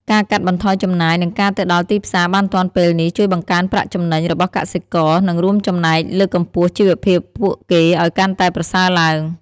ការកាត់បន្ថយចំណាយ និងការទៅដល់ទីផ្សារបានទាន់ពេលនេះ ជួយបង្កើនប្រាក់ចំណេញរបស់កសិករ និងរួមចំណែកលើកកម្ពស់ជីវភាពពួកគេឲ្យកាន់តែប្រសើរឡើង។